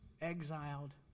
exiled